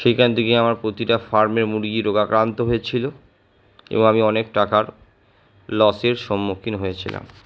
সেইখান থেকে আমার প্রতিটা ফার্মে মুরগি রোগাক্রান্ত হয়েছিল এবং আমি অনেক টাকার লসের সম্মুখীন হয়েছিলাম